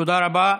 תודה רבה.